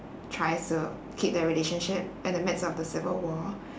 tries to keep their relationship at the midst of the civil war